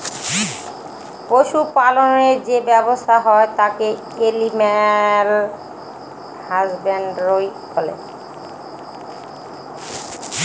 পশু পালনের যে ব্যবসা হয় তাকে এলিম্যাল হাসব্যানডরই বলে